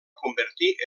convertir